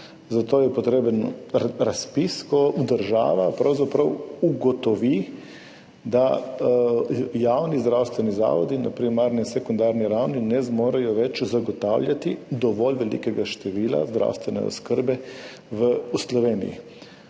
zato je potreben razpis, ko država pravzaprav ugotovi, da javni zdravstveni zavodi na primarni in sekundarni ravni ne zmorejo več zagotavljati dovolj velikega števila zdravstvene oskrbe v Sloveniji.